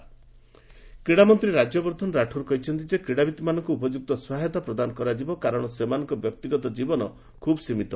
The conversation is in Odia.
ସ୍କୋର୍ଟସ ମିନିଷ୍ଟର କ୍ରୀଡ଼ାମନ୍ତ୍ରୀ ରାଜ୍ୟବର୍ଦ୍ଧନ ରାଠୋର କହିଛନ୍ତି ଯେ କ୍ରୀଡ଼ାବିତ୍ ମାନଙ୍କୁ ଉପଯ୍ରକ୍ତ ସହାୟତା ପ୍ରଦାନ କରାଯିବ କାରଣ ସେମାନଙ୍କ ବ୍ୟକ୍ତିଗତ ଜୀବନ ଖୁବ୍ ସୀମିତ